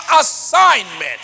assignment